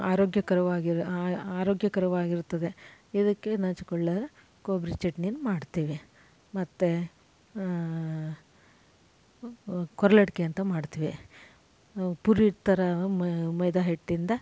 ಆರೋಗ್ಯಕರವಾಗಿರೋ ಆರೋಗ್ಯಕರವಾಗಿರ್ತದೆ ಇದಕ್ಕೆ ನಂಚಿಕೊಳ್ಳಲ್ ಕೊಬ್ಬರಿ ಚಟ್ನಿಯನ್ನು ಮಾಡ್ತೇವೆ ಮತ್ತು ಕೊರ್ಲಟ್ಗೆ ಅಂತ ಮಾಡ್ತೇವೆ ಪುರಿ ಹಿಟ್ ಥರ ಮೈದಾ ಹಿಟ್ಟಿಂದ